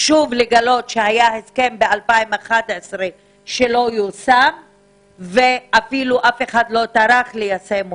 שהיה הסכם ב-2011 שלא יושם ואף אחד לא טרח ליישם אותו.